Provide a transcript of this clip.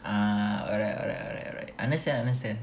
ah alright alright alright alright I understand I understand